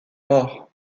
mort